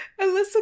Alyssa